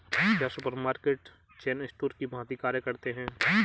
क्या supermarket chain store की भांति कार्य करते हैं?